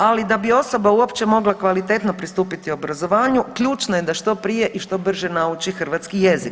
Ali da bi osoba uopće mogla kvalitetno pristupiti obrazovanju ključno je da što prije i što brže nauči hrvatski jezik.